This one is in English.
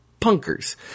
punkers